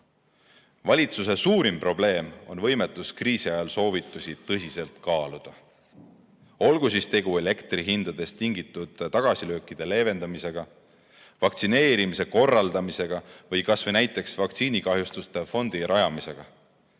Valitsuse suurim probleem on võimetus kriisi ajal soovitusi tõsiselt kaaluda, olgu siis tegu elektrihindadest tingitud tagasilöökide leevendamisega, vaktsineerimise korraldamisega või kas või näiteks vaktsiinikahjustuste fondi asutamisega.